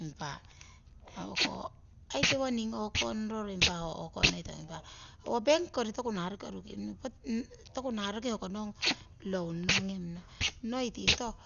Impa o'ko aii tiwoning o'konororo aii hoko noihetong impa owo bank kori toku nah roki oruki hoko, noi tikoto